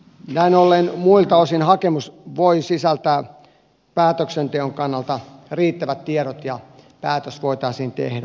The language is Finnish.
näin ollen muilta osin hakemus voi sisältää päätöksenteon kannalta riittävät tiedot ja päätös voitaisiin tehdä